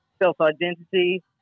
self-identity